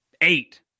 eight